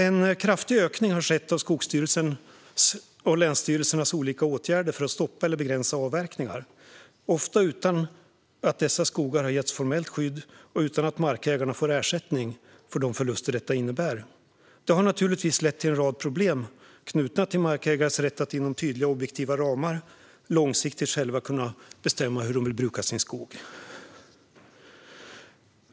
En kraftig ökning har skett av Skogsstyrelsens och länsstyrelsernas olika åtgärder för att stoppa eller begränsa avverkningar, ofta utan att dessa skogar har getts formellt skydd och utan att markägarna får ersättning för de förluster det innebär. Detta har naturligtvis lett till en rad problem knutna till markägares rätt att inom tydliga och objektiva ramar långsiktigt själva kunna bestämma hur de vill bruka sin skog.